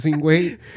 weight